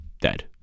dead